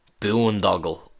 boondoggle